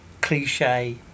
cliche